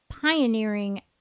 pioneering